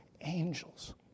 angels